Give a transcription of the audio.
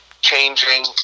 changing